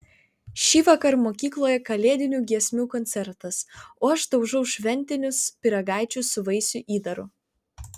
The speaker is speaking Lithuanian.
šįvakar mokykloje kalėdinių giesmių koncertas o aš daužau šventinius pyragaičius su vaisių įdaru